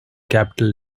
capital